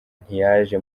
ntiyaje